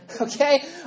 okay